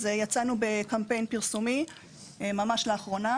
יצאנו בקמפיין פרסומי ממש לאחרונה